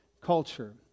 culture